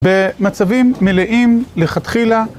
במצבים מלאים לחתכילה